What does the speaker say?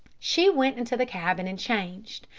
she went into the cabin and changed,